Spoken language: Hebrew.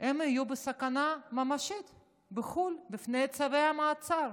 הם יהיו בסכנה ממשית בחו"ל, בפני צווי המעצר.